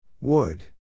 Wood